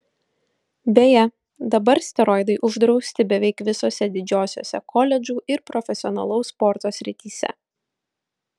beje dabar steroidai uždrausti beveik visose didžiosiose koledžų ir profesionalaus sporto srityse